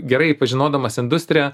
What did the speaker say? gerai pažinodamas industriją